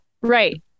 Right